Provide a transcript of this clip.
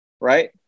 right